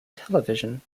television